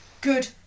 good